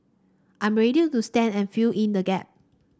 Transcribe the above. I'm ready to stand and fill in the gap